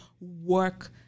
work